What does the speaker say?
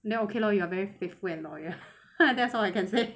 then okay lor you are very faithful and loyal that's all I can say